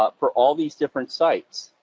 ah for all these different sites.